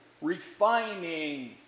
refining